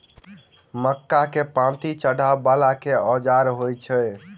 मक्का केँ पांति चढ़ाबा वला केँ औजार होइ छैय?